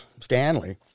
Stanley